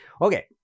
Okay